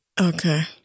okay